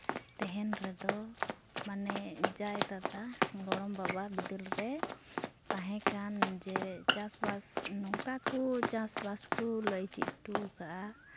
ᱛᱮᱦᱮᱱ ᱨᱮᱫᱚ ᱢᱟᱱᱮ ᱡᱟᱭ ᱫᱟᱫᱟ ᱜᱚᱲᱚᱢ ᱵᱟᱵᱟ ᱵᱤᱫᱟᱹᱞ ᱨᱮ ᱛᱟᱦᱮᱸᱠᱟᱱ ᱡᱮ ᱪᱟᱥᱵᱟᱥ ᱱᱚᱝᱠᱟ ᱠᱚ ᱪᱟᱥᱵᱟᱥ ᱠᱚ ᱞᱟᱹᱭ ᱪᱮᱫ ᱚᱴᱚᱣ ᱟᱠᱟᱫᱼᱟ